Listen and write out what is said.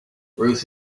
ruth